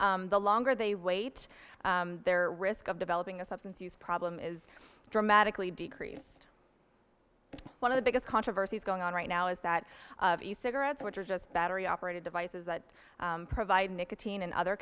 the longer they wait their risk of developing a substance use problem is dramatically decreased but one of the biggest controversies going on right now is that cigarettes which are just battery operated devices that provide nicotine and other